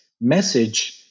message